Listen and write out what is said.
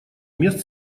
мест